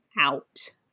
out